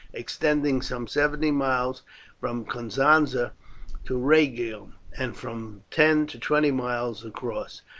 extending some seventy miles from cosenza to rhegium, and from ten to twenty miles across.